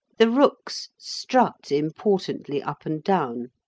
the rooks strut importantly up and down,